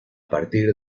partir